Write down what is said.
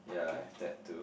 yeah I have that too